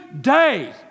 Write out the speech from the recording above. day